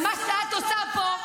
ומה שאת עושה פה,